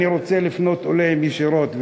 אני רוצה לפנות אליהם ישירות,